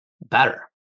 better